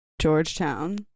Georgetown